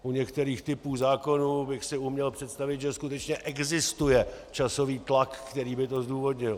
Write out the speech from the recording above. U některých typů zákonů bych si uměl představit, že skutečně existuje časový tlak, který by to zdůvodnil.